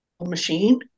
machine